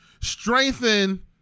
strengthen